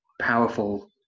powerful